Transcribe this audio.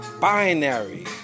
Binary